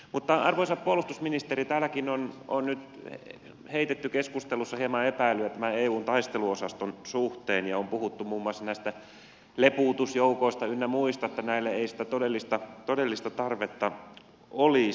mutta arvoisa puolustusministeri täälläkin on nyt heitetty keskustelussa hieman epäilyä tämän eun taisteluosaston suhteen ja on puhuttu muun muassa näistä lepuutusjoukoista ynnä muista että näille ei sitä todellista tarvetta olisi